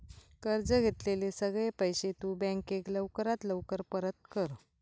कर्ज घेतलेले सगळे पैशे तु बँकेक लवकरात लवकर परत कर